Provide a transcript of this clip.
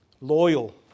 Loyal